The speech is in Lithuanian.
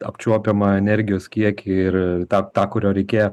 apčiuopiamą energijos kiekį ir tą tą kurio reikėjo